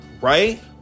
Right